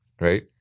right